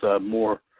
more